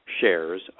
shares